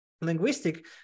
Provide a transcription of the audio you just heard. linguistic